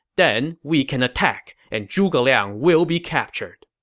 then, we can attack, and zhuge liang will be captured.